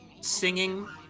singing